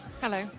Hello